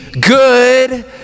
good